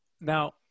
now